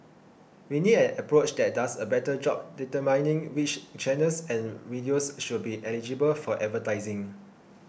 we need an approach that does a better job determining which channels and videos should be eligible for advertising